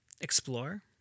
explore